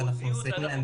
ואחרי חודש זה נסגר.